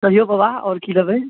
कहियौ बबा आओर की लेबै